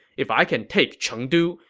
if i can take chengdu,